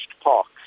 parks